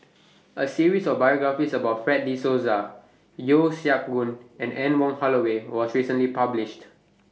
A series of biographies about Fred De Souza Yeo Siak Goon and Anne Wong Holloway was recently published